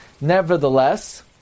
Nevertheless